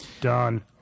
done